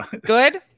Good